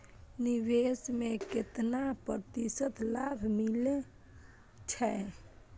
निवेश में केतना प्रतिशत लाभ मिले छै?